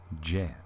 Jazz